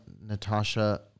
natasha